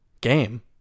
game